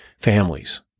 families